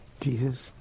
Jesus